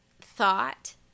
thought